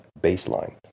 baseline